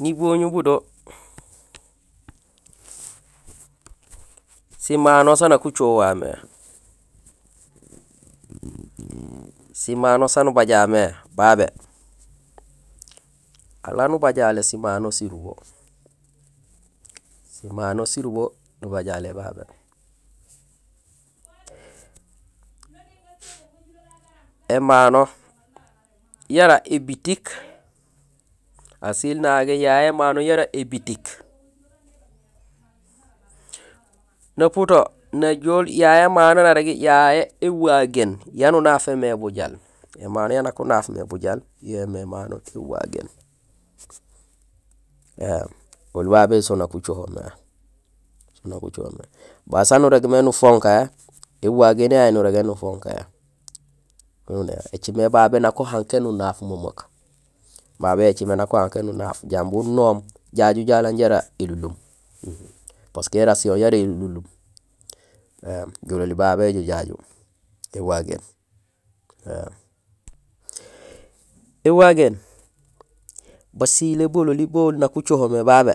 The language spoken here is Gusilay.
Niboñul budo simano san nak ucohohal mé, Simano saan ubajaal mé babé, alal nubajalé simano surubo. Simano surubo nubajalé babé. Ēmano yara ébitik, asiil nagé yayé émano yara ébitik, naputo najool yayé émano narégi yayé éwagéén; yaan unáfémé bujaal. Ēmano yaan nak unaaf mé bujaal yo yoomé émano éwagéén, oli babé son nak ucoho mé. Baré saan urégmé nufonkahé; éwagéén yayu nurégmé nufonkahé écimé babé nak uhankéén nunaaf memeek, babé yo écimé nak uhankéén nunaaf jambi unoom jaju jalang jara élunlum parce que érasihon yara élunlum éém jololi babé jojaju éwagéén. Ēwagéén basilé bololi bo oli nak ucohomé babé